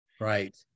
Right